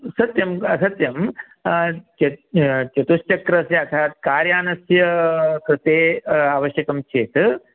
सत्यं सत्यं चतुश्चक्रस्य अर्थात् कार् यानस्य कृते आवश्यकं चेत्